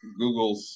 Googles